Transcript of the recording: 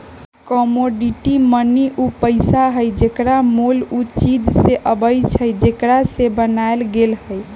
commodity money उ पइसा हइ जेकर मोल उ चीज से अबइ छइ जेकरा से बनायल गेल हइ